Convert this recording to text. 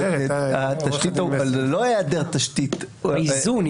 לא היעדר תשתית אלא האיזון.